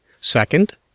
Second